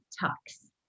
talks